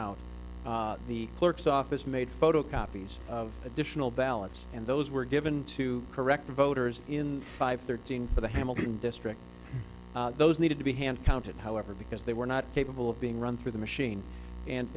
out the clerk's office made photocopies of additional ballots and those were given to correct voters in five thirteen for the hamilton district those needed to be hand counted however because they were not capable of being run through the machine and